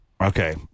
Okay